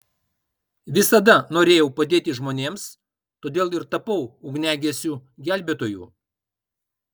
visada norėjau padėti žmonėms todėl ir tapau ugniagesiu gelbėtoju